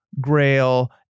Grail